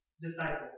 disciples